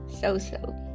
So-so